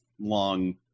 long